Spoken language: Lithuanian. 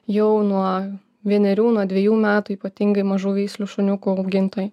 jau nuo vienerių nuo dvejų metų ypatingai mažų veislių šuniukų augintojai